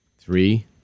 Three